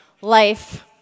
life